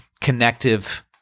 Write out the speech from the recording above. connective